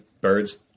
Birds